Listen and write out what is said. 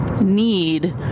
need